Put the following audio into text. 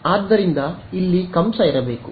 ಆದ್ದರಿಂದ ಇಲ್ಲಿ ಕಂಸ ಇರಬೇಕು